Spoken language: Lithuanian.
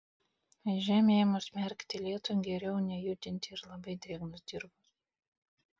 žemę ėmus merkti lietui geriau nejudinti ir labai drėgnos dirvos